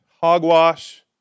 Hogwash